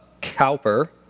Cowper